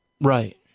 Right